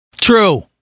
True